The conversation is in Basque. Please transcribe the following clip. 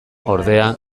ordea